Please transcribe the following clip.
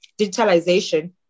digitalization